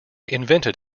invented